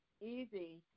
easy